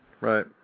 Right